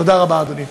תודה רבה, אדוני.